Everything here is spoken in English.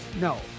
No